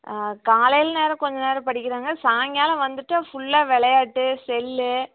காலையில் நேரம் கொஞ்சம் நேரம் படிக்கிறாங்க சாய்ங்காலம் வந்துட்டு ஃபுல்லாக விளையாட்டு செல்லு